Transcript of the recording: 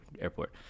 airport